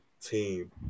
team